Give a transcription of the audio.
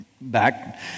Back